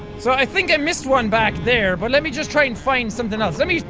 so i think i missed one back there but let me just try and find something else let me.